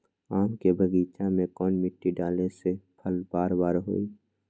आम के बगीचा में कौन मिट्टी डाले से फल बारा बारा होई?